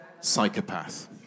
psychopath